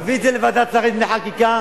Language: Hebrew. תביא את זה לוועדת שרים לחקיקה,